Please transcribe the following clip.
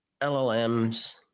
LLMS